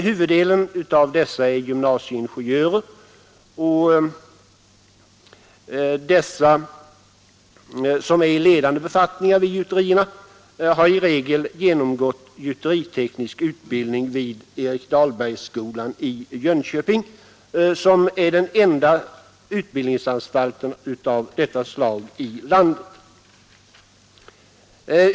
Huvuddelen är gymnasieingenjörer, av vilka de i ledande befattningar vid gjuterierna i regel har genomgått gjuteriteknisk utbildning vid Erik Dahlbergsskolan i Jönköping, som är den enda utbildningsanstalten av detta slag i landet.